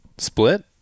Split